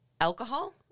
alcohol